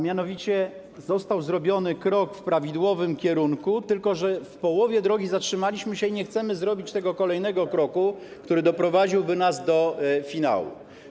Mianowicie został zrobiony krok w prawidłowym kierunku, tylko że w połowie drogi zatrzymaliśmy się i nie chcemy zrobić kolejnego kroku, który doprowadziłby nas do finału.